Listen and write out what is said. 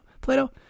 Plato